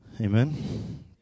Amen